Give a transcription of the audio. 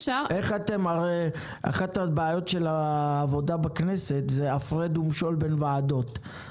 הרי אחת הבעיות של העבודה בכנסת היא הפרד ומשול בין ועדות.